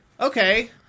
Okay